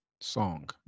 song